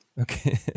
Okay